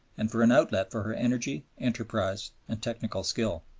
and for an outlet for her energy, enterprise, and technical skill.